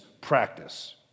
practice